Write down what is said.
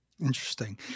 Interesting